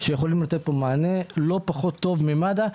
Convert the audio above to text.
שיכולים לתת מענה לא פחות טוב ממד"א.